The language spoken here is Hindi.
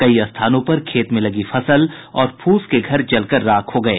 कई स्थानों पर खेत में लगी फसल और फूस के घर जलकर राख हो गये